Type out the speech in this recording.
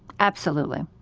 absolutely.